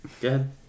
good